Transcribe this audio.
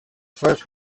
first